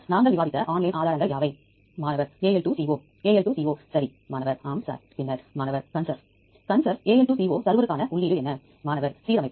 எனவே நீங்கள் உங்கள் IDயை வைத்து வரிசையை பிளாட் பைல் வடிவத்தில் இங்கே பெறலாம்